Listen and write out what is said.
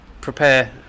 Prepare